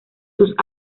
sus